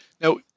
Now